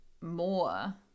more